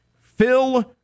Phil